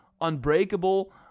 unbreakable